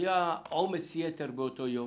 שהיה עומס יתר באותו יום